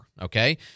Okay